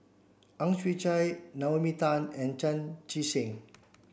Ang Chwee Chai Naomi Tan and Chan Chee Seng